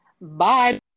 Bye